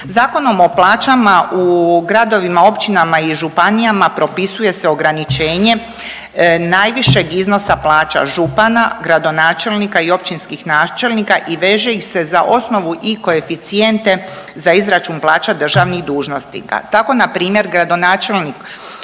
Zakonom o plaćama u gradovima, općinama i županijama propisuje se ograničenje najvišeg iznosa plaća župana, gradonačelnika i općinskih načelnika i veće iz se za osnovu i koeficijente za izračun plaća državnih dužnosnika. Tako npr. gradonačelnik